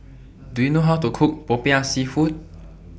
Do YOU know How to Cook Popiah Seafood